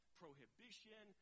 prohibition